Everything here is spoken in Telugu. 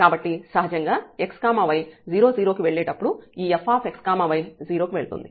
కాబట్టి సహజంగా x y 0 0 కి వెళ్లేటప్పుడు ఈ fxy 0 కి వెళ్తుంది